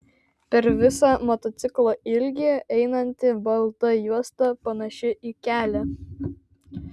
per visą motociklo ilgį einanti balta juosta panaši į kelią